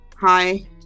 hi